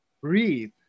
breathe